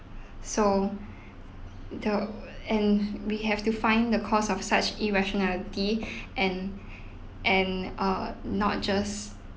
so the and we have to find the cause of such irrationality and and err not just